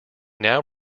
now